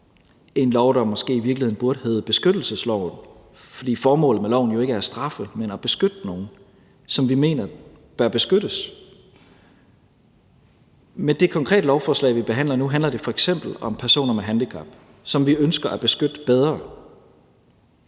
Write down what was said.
en lov, der måske i virkeligheden burde hedde beskyttelsesloven, fordi formålet med loven jo ikke er at straffe, men at beskytte nogen, som vi mener bør beskyttes. Med det konkrete lovforslag, vi behandler nu, handler det f.eks. om personer med handicap, som vi ønsker at beskytte bedre.